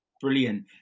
Brilliant